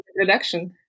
introduction